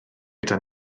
gyda